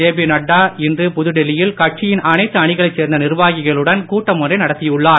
JP Nadda இன்று புதுடில்லியில் கட்சியின் அனைத்து அணிகளைச் சேர்ந்த நிர்வாகிகளுடன் கூட்டம் ஒன்றை நடத்தியுள்ளார்